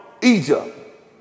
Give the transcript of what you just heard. Egypt